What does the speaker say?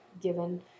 given